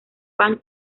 pan